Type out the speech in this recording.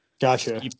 gotcha